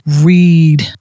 read